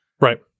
Right